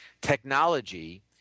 technology